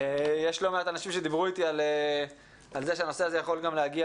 לא מעט אנשים הפנו את תשומת לבי לכך שהנושא יכול להגיע